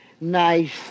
nice